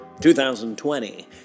2020